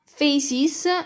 faces